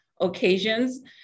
occasions